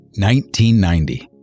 1990